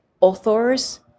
authors